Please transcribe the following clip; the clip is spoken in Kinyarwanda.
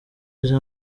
izi